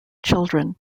children